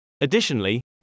Additionally